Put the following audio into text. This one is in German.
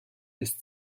ist